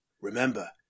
Remember